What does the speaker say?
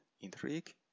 intrigue